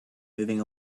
moving